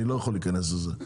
אני לא יכול להיכנס לזה,